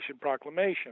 Proclamation